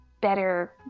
better